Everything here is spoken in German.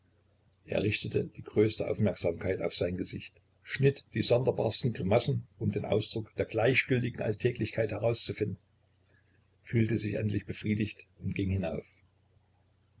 er richtete die größte aufmerksamkeit auf sein gesicht schnitt die sonderbarsten grimassen um den ausdruck der gleichgültigen alltäglichkeit herauszufinden fühlte sich endlich befriedigt und ging hinauf